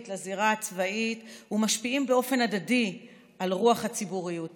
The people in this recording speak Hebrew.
לזירה הצבאית ומשפיעים באופן הדדי על רוח הציבוריות הישראלית.